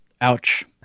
ouch